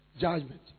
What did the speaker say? judgment